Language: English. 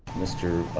mr.